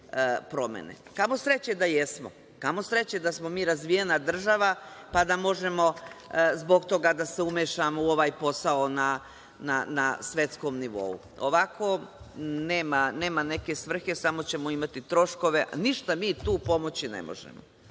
Kamo sreće da jesmo, kamo sreće da smo mi razvijena država, pa da možemo zbog toga da se umešamo u ovaj posao na svetskom nivou. Ovako nema neke svrhe, samo ćemo imati troškove, ništa mi tu pomoći ne možemo,